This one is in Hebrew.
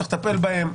צריך לטפל בהן,